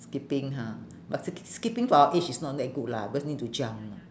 skipping ha but sk~ skipping for our age is not that good lah because need to jump